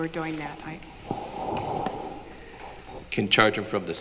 were doing that i can charge it from the